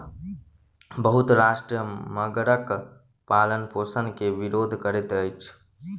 बहुत राष्ट्र मगरक पालनपोषण के विरोध करैत अछि